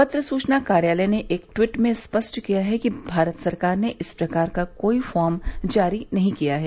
पत्र सूचना कार्यालय ने एक ट्वीट में स्पष्ट किया कि भारत सरकार ने इस प्रकार का कोई फॉर्म जारी नहीं किया है